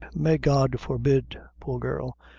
may god forbid, poor girl,